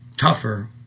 tougher